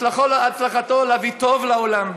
הצלחתו להביא טוב לעולם.